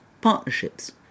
partnerships